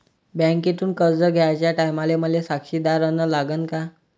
बँकेतून कर्ज घ्याचे टायमाले मले साक्षीदार अन लागन का?